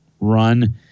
run